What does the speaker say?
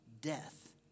death